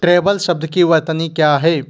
treble शब्द की वर्तनी क्या है